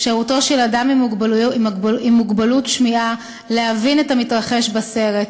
אפשרותו של אדם עם מוגבלות שמיעה להבין את המתרחש בסרט,